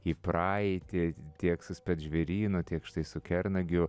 į praeitį tiek su spec žvėrynu tiek štai su kernagiu